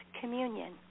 communion